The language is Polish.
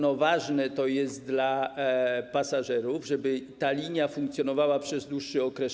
Jest to ważne dla pasażerów, żeby ta linia funkcjonowała przez dłuższy okres.